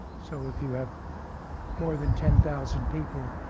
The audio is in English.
so if you have more than ten thousand people,